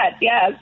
yes